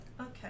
Okay